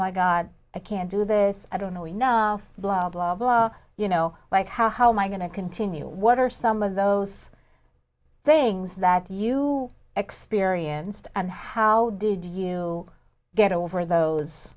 my god i can't do this i don't know you know blah blah blah you know like how how am i going to continue what are some of those things that you experienced and how did you get over those